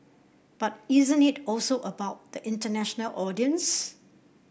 but isn't it also about the international audience